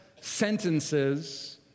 sentences